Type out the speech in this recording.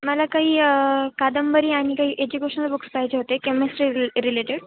मला काही कादंबरी आणि काही एज्युकेशनल बुक्स पाहिजे होते केमिस्ट्री रि रिलेटेड